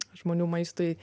žmonių maistui